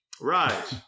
Right